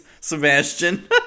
Sebastian